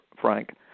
Frank